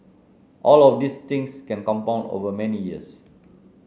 all of these things can compound over many years